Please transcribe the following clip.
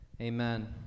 Amen